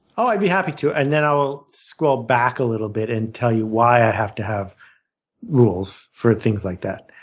i'd be happy to, and then i'll scroll back a little bit and tell you why i have to have rules for things like that.